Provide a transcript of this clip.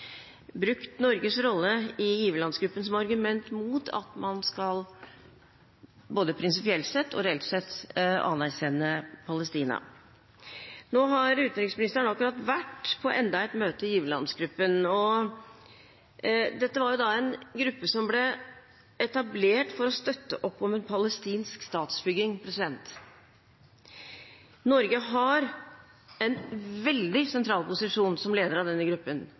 brukt Norges rolle i giverlandsgruppen som argument mot at man, både prinsipielt sett og reelt sett, skal anerkjenne Palestina. Nå har utenriksministeren akkurat vært på enda et møte i giverlandsgruppen. Dette var en gruppe som ble etablert for å støtte opp om en palestinsk statsbygging. Norge har en veldig sentral posisjon som leder av denne gruppen,